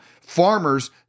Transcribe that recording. farmers